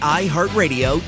iHeartRadio